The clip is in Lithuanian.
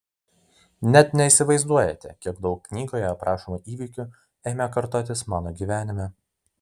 net neįsivaizduojate kiek daug knygoje aprašomų įvykių ėmė kartotis mano gyvenime